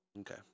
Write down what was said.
Okay